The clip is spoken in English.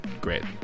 great